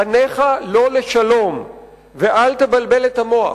פניך לא לשלום ואל תבלבל את המוח.